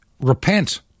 repent